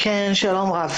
שלום.